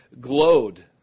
glowed